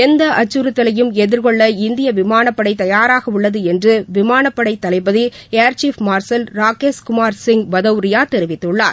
எந்த அச்சுறுத்தலையும் எதிர்கொள்ள இந்திய விமானப்படை தயாராக உள்ளது என்று விமானப்படை தளபதி ஏர்சீப் மார்ஷல் ராக்கேஷ்குமார் சிங் பதௌரியா தெரிவித்துள்ளார்